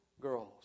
girls